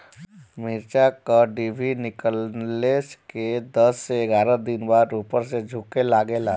मिरचा क डिभी निकलले के दस से एग्यारह दिन बाद उपर से झुके लागेला?